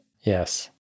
Yes